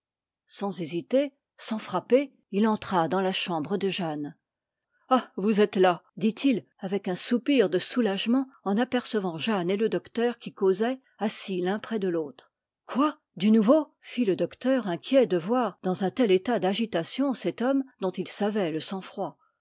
sans hésiter sans frapper il entra dans la chambre de jeanne ah vous êtes là dit-il avec un soupir de soulagement en apercevant jeanne et le docteur qui causaient assis l'un près de l'autre quoi du nouveau fit le docteur inquiet de voir dans un tel état d'agitation cet homme dont il savait le sang-froid